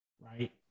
Right